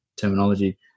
terminology